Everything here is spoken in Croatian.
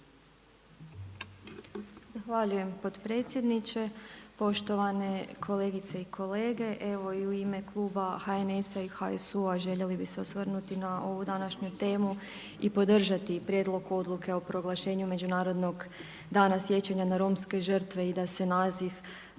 Zahvaljujem potpredsjedniče, poštovane kolegice i kolege. Evo i u ime kluba HNS-a i HSU-a željeli bi se osvrnuti na ovu današnju temu i podržati Prijedlog odluke o proglašenju međunarodnog dana sjećanja na romske žrtve i da se naziv